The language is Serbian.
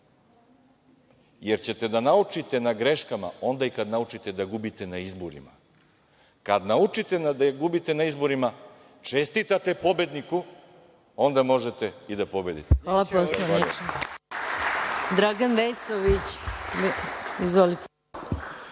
Jer ćete da naučite na greškama onda kada naučite da gubite na izborima. Kad naučite da gubite na izborima, čestitate pobedniku, onda možete i da pobedite. **Maja Gojković** Hvala poslaniče. Dragan Vesović. Izvolite.